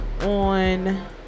On